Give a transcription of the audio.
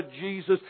Jesus